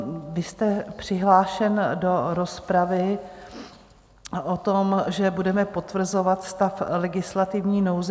Vy jste přihlášen do rozpravy o tom, že budeme potvrzovat stav legislativní nouze.